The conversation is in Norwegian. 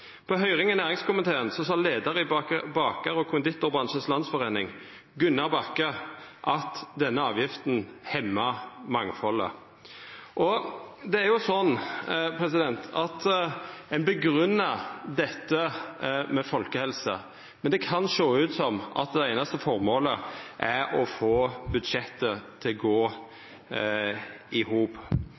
På høyring i næringskomiteen sa leiaren i Baker- og Konditorbransjens landsforening, Gunnar Bakke, at denne avgifta hemmar mangfaldet. Ein grunngjev dette med folkehelse, men det kan sjå ut som at det einaste formålet er å få budsjettet til å gå i hop,